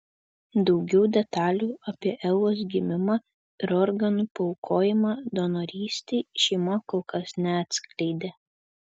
daugiau detalių apie evos gimimą ir organų paaukojimą donorystei šeima kol kas neatskleidė